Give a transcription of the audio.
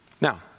Now